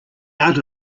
out